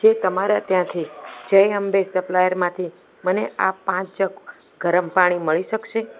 જે તમારા ત્યાંથી જય અંબે સપ્લાયરમાંથી મને આ પાંચ જગ ગરમ પાણી મળી શકશે